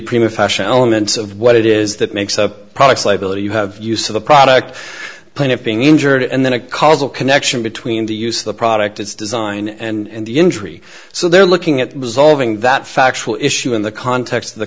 prima fashion elements of what it is that makes up products liability you have use of the product plaintiff being injured and then a causal connection between the use the product it's design and the injury so they're looking at dissolve in that factual issue in the context of the